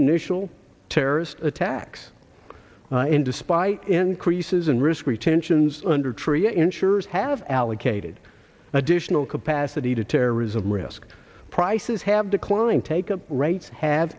initial terrorist attacks and despite increases in risk retentions under tria insurers have allocated additional capacity to terrorism risk prices have declined take up rates have